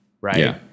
right